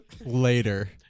Later